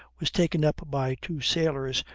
was taken up by two sailors,